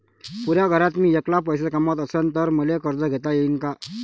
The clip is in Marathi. पुऱ्या घरात मी ऐकला पैसे कमवत असन तर मले कर्ज घेता येईन का?